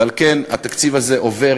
ועל כן התקציב הזה עובר,